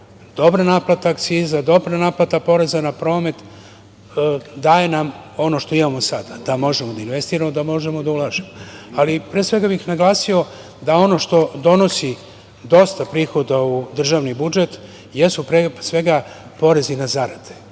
dobra naplata akciza, dobra naplata poreza na promet daje nam ono što imamo sada da možemo da investiramo, da možemo da ulažemo. Pre svega bih naglasio da ono što donosi dosta prihoda u državni budžet jesu porezi na zarade.